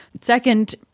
Second